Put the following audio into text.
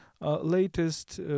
latest